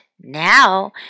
now